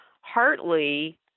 Hartley